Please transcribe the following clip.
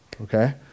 okay